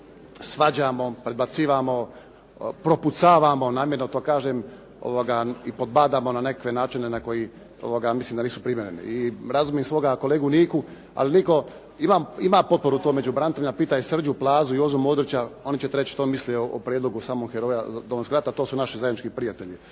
svađamo, predbacivamo, propucavamo, namjerno to kažem ovoga i podbadamo na nekakve načine na koji ja mislim da nisu primjereni i razumijem svoga kolegu Niku, ali Niko, ima potporu to među braniteljima, pitaj Srđu, Plazu, Jozu Modrića, oni će ti reći što misle o prijedloga samog heroja Domovinskog rata, to su naši zajednički prijatelji.